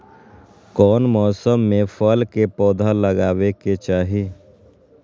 कौन मौसम में फल के पौधा लगाबे के चाहि?